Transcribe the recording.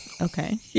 Okay